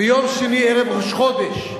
ביום שני, ערב ראש חודש,